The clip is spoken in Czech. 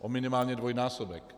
O minimálně dvojnásobek.